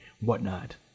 whatnot